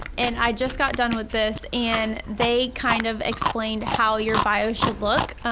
and i just got done with this and they kind of explained how your bio should look.